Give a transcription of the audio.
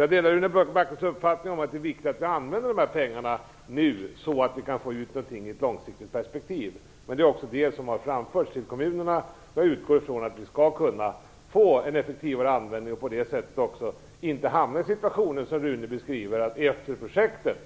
Jag delar Rune Backlunds uppfattning om att det är viktigt att vi använder dessa pengar nu, så att vi kan få ut någonting i ett långsiktigt perspektiv. Det är också det som har framförts till kommunerna. Jag utgår från att vi skall kunna få en effektivare användning och därigenom inte behöver hamna i de situationer som Rune Backlund beskriver. Han talade om att kommunen efter projektet